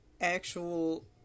actual